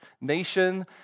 nation